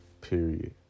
Period